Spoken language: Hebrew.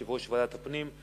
יושב-ראש ועדת הפנים.